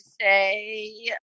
say